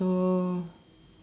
so